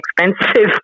expensive